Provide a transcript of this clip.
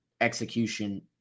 execution